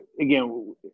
Again